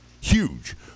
huge